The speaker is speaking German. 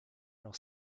noch